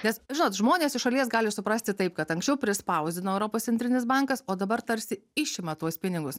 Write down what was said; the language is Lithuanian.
nes žinot žmonės iš šalies gali suprasti taip kad anksčiau prispausdino europos centrinis bankas o dabar tarsi išima tuos pinigus